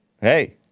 Hey